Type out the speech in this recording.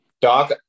Doc